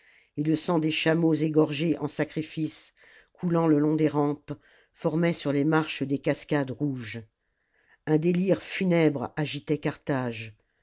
et le sang des chameaux égorgés en sacrifice coulant le long des rampes formait sur les marches des cascades rouges un délire funèbre agitait carthage